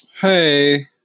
Hey